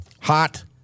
hot